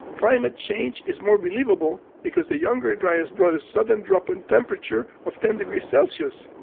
climate change is more believable because the younger dryas brought a sudden drop in temperature of ten degrees celsius,